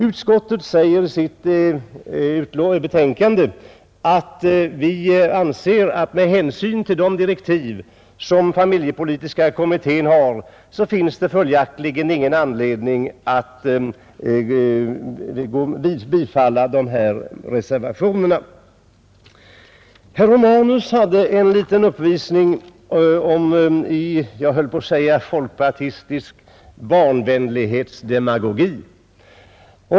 Utskottet säger i sitt betänkande att med hänsyn till de direktiv som familjepolitiska kommittén har finns det ingen anledning att biträda dessa motioner. Herr Romanus hade en liten uppvisning i, jag höll på att säga folkpartistisk barnvänlighetsdemagogi.